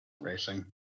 racing